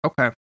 Okay